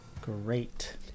Great